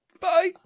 bye